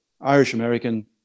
Irish-American